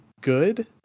good